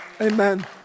Amen